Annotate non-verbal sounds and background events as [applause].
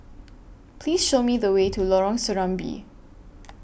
[noise] Please Show Me The Way to Lorong Serambi